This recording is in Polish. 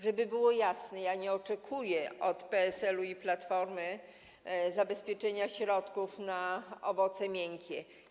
Żeby było jasne: nie oczekuję od PSL-u ani Platformy zabezpieczenia środków na owoce miękkie.